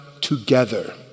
together